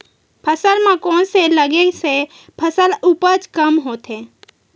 फसल म कोन से लगे से फसल उपज कम होथे?